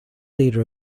leader